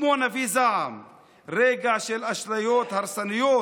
כמו נביא זעם, רגע של אשליות הרסניות